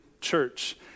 church